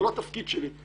זה לא התפקיד שלי.